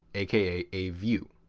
aka a view.